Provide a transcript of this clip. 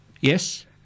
Yes